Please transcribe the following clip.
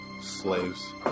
slaves